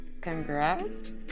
Congrats